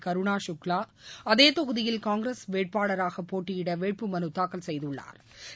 கருணா சுக்லா அதே தொகுதியில் காங்கிரஸ் வேட்பாளராக போட்டியிட வேட்புமனுத்தாக்கல் செய்துள்ளாா்